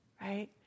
right